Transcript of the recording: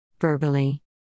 Verbally